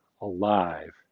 alive